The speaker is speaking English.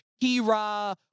Hera